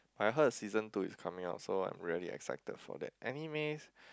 I heard season two is coming out so I'm really excited for that animes